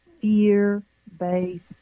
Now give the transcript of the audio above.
fear-based